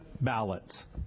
ballots